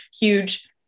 huge